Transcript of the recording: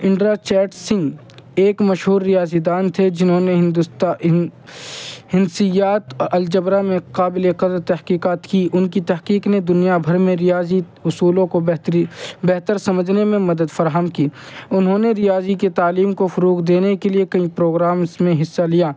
اندرا چیٹرجی ایک مشہور ریاضی دان تھے جنہوں نے ہندوستان ہنسیات الجبرا میں قابل قدر تحقیقات کی ان کی تحقیق نے دنیا بھر میں ریاضی اصولوں کو بہتری بہتر سمجھنے میں مدد فراہم کی انہوں نے ریاضی کے تعلیم کو فروغ دینے کے لیے کئی پروگرامس میں حصہ لیا